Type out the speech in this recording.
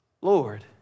Lord